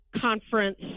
conference